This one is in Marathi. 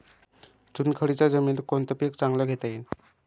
चुनखडीच्या जमीनीत कोनतं पीक चांगलं घेता येईन?